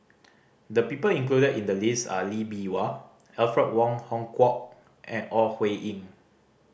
the people included in the list are Lee Bee Wah Alfred Wong Hong Kwok and Ore Huiying